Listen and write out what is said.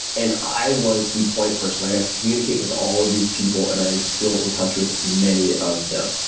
and i was the point person. i got to communicate with all of these people and i am still in touch with many of them.